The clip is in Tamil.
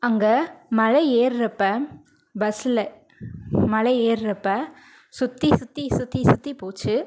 அங்கே மலை ஏறுறப்ப பஸ்ஸில் மலை ஏறுறப்ப சுற்றிச் சுற்றிச் சுற்றிச் சுற்றிப் போச்சு